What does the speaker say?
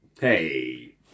Hey